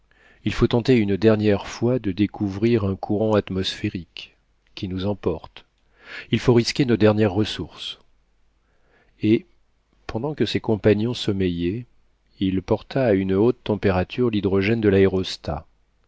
il faut tenter une dernière fois de découvrir un courant atmosphérique qui nous emporte il faut risquer nos dernières ressources et pendant que ses compagnons sommeillaient il porta à une haute température l'hydrogène de l'aérostat